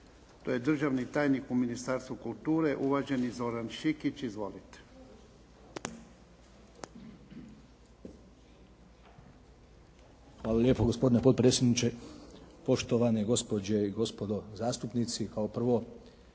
to je državni tajnik u Ministarstvu kulture uvaženi Zoran Šikić. Izvolite. **Šikić, Zoran** Hvala lijepo gospodine potpredsjedniče. Poštovane gospođe i gospodo zastupnici